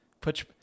Put